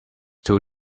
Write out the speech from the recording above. two